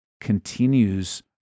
continues